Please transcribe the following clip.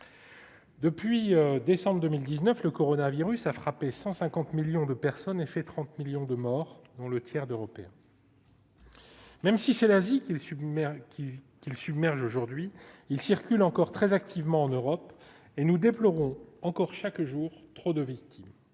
Depuis décembre 2019, le coronavirus a frappé 150 millions de personnes et fait 30 millions de morts, dont un tiers d'Européens. Même si c'est l'Asie qu'il submerge aujourd'hui, il circule encore très activement en Europe, et nous déplorons encore chaque jour trop de victimes.